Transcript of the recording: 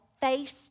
face